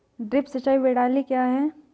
Drip सिंचाई प्रणाली क्या है?